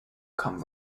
come